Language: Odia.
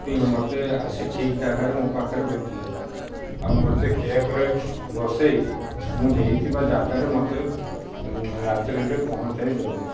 ମୋତେ ଆସି ଠିକ୍ ଜାଗାରେ ମୋ ପାଖରେ ଭେଟିଲେ ଆଉ ମୋତେ କ୍ୟାବ୍ରେ ବସେଇ ମୁଁ ଦେଇଥିବା ଜାଗାରେ ମୋତେ ରାତ୍ରରେ ପହଁଞ୍ଚାଇ ଦେଲେ